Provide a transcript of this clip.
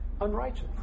unrighteous